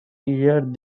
heard